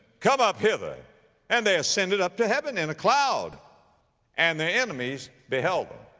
come up hither and they ascended up to heaven in a cloud and their enemies beheld them.